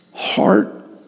heart